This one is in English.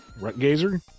Rutgazer